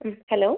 hello